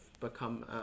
become